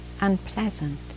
unpleasant